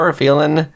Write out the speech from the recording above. feeling